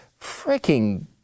freaking